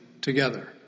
together